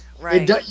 Right